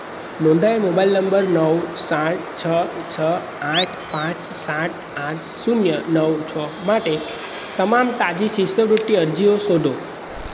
નોંધાએલ mobile number નવ સાત છ છ આઠ પાંચ સાત આઠ શૂન્ય નવ છ માટે તમામ તાજી શિષ્યવૃત્તિ અરજીઓ શોધો